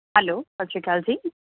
hello ਸਤਿ ਸ਼੍ਰੀ ਅਕਾਲ ਜੀ